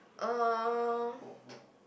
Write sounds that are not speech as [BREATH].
uh [BREATH]